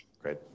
Great